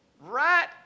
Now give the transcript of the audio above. Right